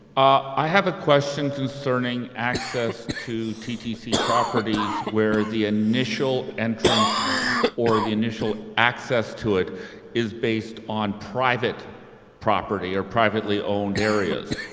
i have a question concerning access to ttc properties where the initial entrance or the initial access to it is based on private property or privately owned areas.